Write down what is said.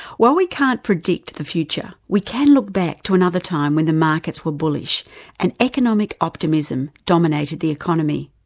while we can't predict the future, we can look back to another time when the markets were bullish and economic optimism dominated the economy.